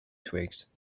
tweaks